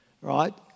Right